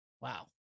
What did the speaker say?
Wow